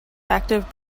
active